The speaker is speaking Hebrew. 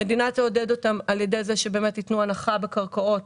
המדינה תעודד אותן על ידי זה שבאמת ייתנו הנחה בקרקעות